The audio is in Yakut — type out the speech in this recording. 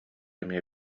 эмиэ